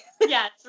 yes